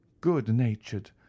good-natured